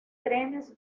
trenes